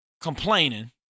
complaining